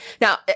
Now